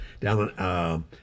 down